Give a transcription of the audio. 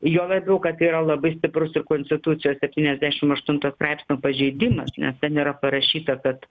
juo labiau kad tai yra labai stiprus ir konstitucijos septyniasdešim aštunto straipsnio pažeidimas nes ten yra parašyta kad